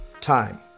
time